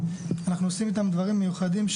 אנחנו עושים איתם דברים מיוחדים,